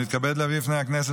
אני מתכבד להביא בפני הכנסת,